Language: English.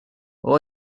all